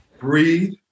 breathe